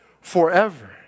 forever